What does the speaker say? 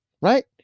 right